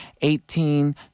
Eighteen